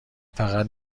فقط